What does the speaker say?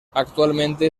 actualmente